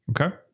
okay